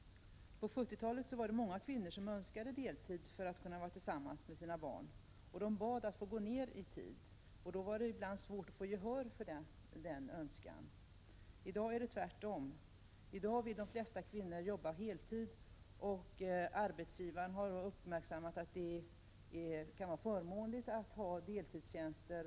På 70-talet var det många kvinnor som önskade deltid för att kunna vara tillsammans med sina barn, och de bad att få gå ner i tid. Då var det ibland svårt att få gehör för den önskan. I dag är det tvärtom. I dag vill de flesta kvinnor jobba heltid, och arbetsgivaren har uppmärksammat att det kan vara förmånligt att ha deltidstjänster.